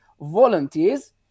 volunteers